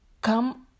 Come